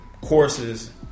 courses